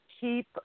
keep